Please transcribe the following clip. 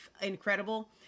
incredible